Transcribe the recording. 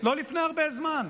לא לפני הרבה זמן,